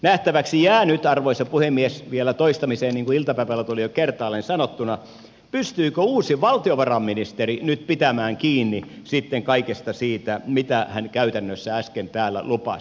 nähtäväksi jää nyt arvoisa puhemies vielä toistamiseen niin kuin iltapäivällä tuli jo kertaalleen sanottua pystyykö uusi valtiovarainministeri nyt pitämään kiinni kaikesta siitä mitä hän käytännössä äsken täällä lupasi